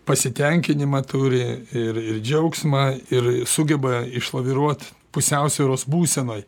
pasitenkinimą turi ir ir džiaugsmą ir sugeba išlaviruot pusiausvyros būsenoj